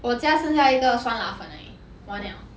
我家剩下一个酸辣粉而已完了